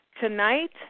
Tonight